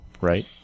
right